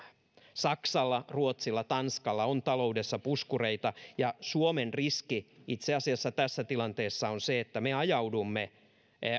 saksalla ruotsilla tanskalla on taloudessa puskureita ja suomen riski itse asiassa tässä tilanteessa on se että me ajaudumme